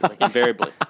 invariably